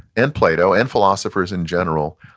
and plato, and philosophers in general,